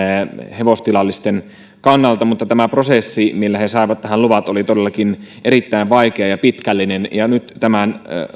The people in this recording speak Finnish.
hevostilallisten kannalta mutta tämä prosessi millä he saivat tähän luvat oli todellakin erittäin vaikea ja pitkällinen ja nyt tämän